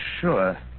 sure